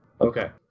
Okay